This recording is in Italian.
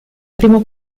primo